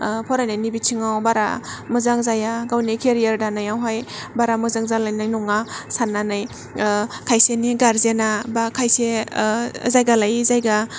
फरायनायनि बिथिङाव बारा मोजां जाया गावनि केरियार दानायावहाय बारा मोजां जालानाय नङा सान्नानै खायसेनि गारजेना बा खायसे जायगा लायै जायगा